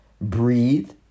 Breathe